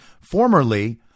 formerly